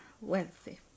wealthy